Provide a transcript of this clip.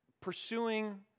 pursuing